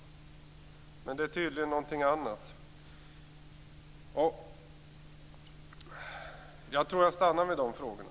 Men skälet är tydligen ett annat. Jag tror jag nöjer mig med de frågorna.